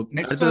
Next